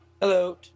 Hello